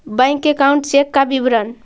Bank account check का विवरण?